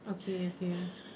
okay okay